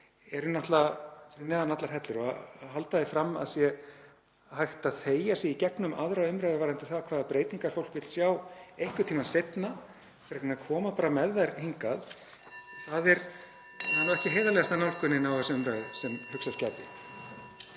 eru náttúrlega fyrir neðan allar hellur og að halda því fram að það sé hægt að þegja sig í gegnum 2. umr. varðandi það hvaða breytingar fólk vill sjá einhvern tímann seinna, frekar en að koma bara með þær hingað, er ekki heiðarlegasta nálgunin á þessa umræðu sem hugsast gæti.